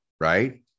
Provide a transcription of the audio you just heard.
right